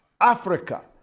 Africa